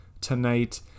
tonight